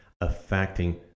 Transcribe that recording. affecting